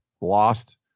lost